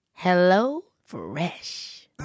HelloFresh